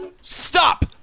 stop